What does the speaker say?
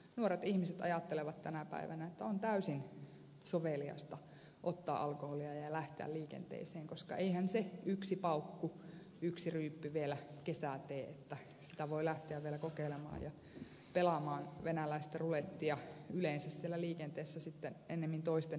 nuoret ihmiset ajattelevat tänä päivänä että on täysin soveliasta ottaa alkoholia ja lähteä liikenteeseen koska eihän se yksi paukku yksi ryyppy vielä kesää tee sitä voi lähteä vielä kokeilemaan ja pelaamaan venäläistä rulettia siellä liikenteessä yleensä ennemmin toisten hengellä kuin sillä omallaan